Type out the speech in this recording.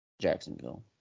Jacksonville